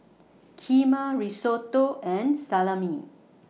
Kheema Risotto and Salami